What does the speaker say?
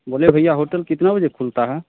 बोले भैया होटल कितना बजे खुलता है